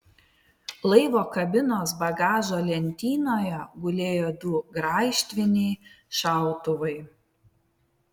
laivo kabinos bagažo lentynoje gulėjo du graižtviniai šautuvai